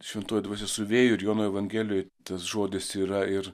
šventoji dvasia su vėju ir jono evangelijoj tas žodis yra ir